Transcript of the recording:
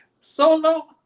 Solo